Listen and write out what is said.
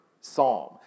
psalm